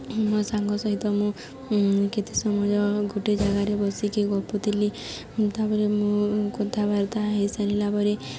ମୋ ସାଙ୍ଗ ସହିତ ମୁଁ କେତେ ସମୟ ଗୋଟେ ଜାଗାରେ ବସିକି ଗପୁଥିଲି ତା'ପରେ ମୁଁ କଥାବାର୍ତ୍ତା ହୋଇସାରିଲା ପରେ